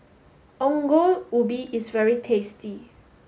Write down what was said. Ongol Ubi is very tasty